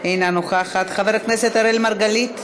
אינה נוכחת, חבר הכנסת אראל מרגלית,